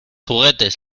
juguetes